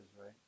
right